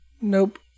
Nope